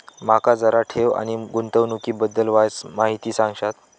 माका जरा ठेव आणि गुंतवणूकी बद्दल वायचं माहिती सांगशात?